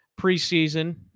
preseason